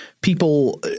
people